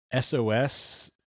SOS